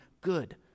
good